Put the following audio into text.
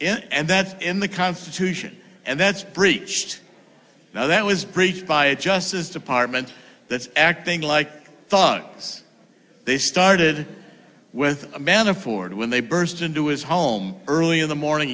two and that's in the constitution and that's breached that was breached by a justice department that's acting like thought they started with a man of ford when they burst into his home early in the morning